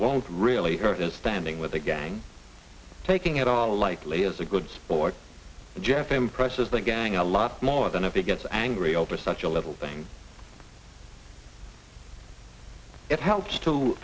won't really hurt his standing with the gang taking it all likely as a good sport and jeff impresses the gang a lot more than if he gets angry over such a little thing it helps to